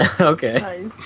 Okay